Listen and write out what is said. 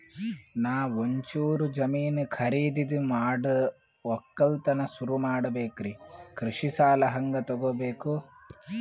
ನಾ ಒಂಚೂರು ಜಮೀನ ಖರೀದಿದ ಮಾಡಿ ಒಕ್ಕಲತನ ಸುರು ಮಾಡ ಬೇಕ್ರಿ, ಕೃಷಿ ಸಾಲ ಹಂಗ ತೊಗೊಬೇಕು?